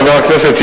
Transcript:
חבר הכנסת,